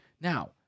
Now